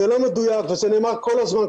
זה לא מדויק וזה נאמר כל הזמן,